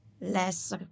less